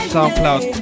SoundCloud